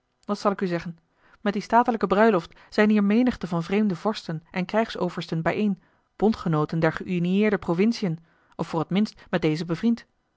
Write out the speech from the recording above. dat zal ik u zeggen met die statelijke bruiloft zijn hier menigte van vreemde vorsten en krijgsoversten bijeen bondgenooten der geüniëerde provinciën of voor t minst met deze bevriend